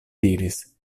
diris